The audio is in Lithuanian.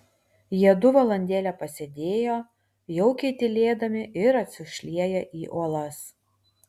jiedu valandėlę pasėdėjo jaukiai tylėdami ir atsišlieję į uolas